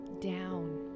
down